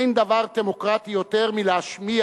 אין דבר דמוקרטי יותר מלהישמע